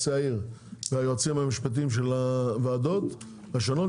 העיר והיועצים המשפטיים של הוועדות השונות,